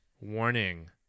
warning